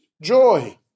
Joy